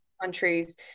countries